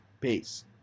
Peace